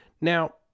Now